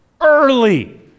early